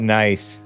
nice